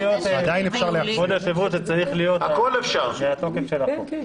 כבוד היושב-ראש, זה צריך להיות מהתוקף של החוק.